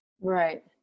Right